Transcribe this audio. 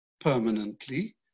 permanently